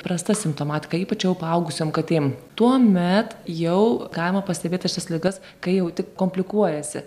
prasta simptomatika ypač jau paugusiom katėm tuomet jau galima pastebėti visas ligas kai jau tik komplikuojasi